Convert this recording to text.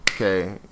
Okay